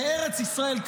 בארץ ישראל,